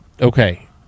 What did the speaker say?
okay